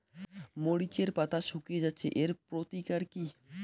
মরিচের পাতা শুকিয়ে যাচ্ছে এর প্রতিকার কি?